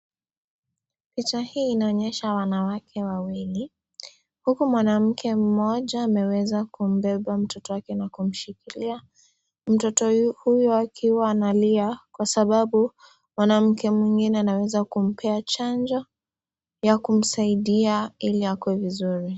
Picha hii inaonyesha wanawake wawili huku mwanamke mmoja ameweza kumbeba mtoto wake nakumshikilia mtoto huyu wake wanalia kwasababu mwanamke mwingine anaweza kumpea chanjo ya kumsaidia ili akuwe vizuri